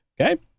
Okay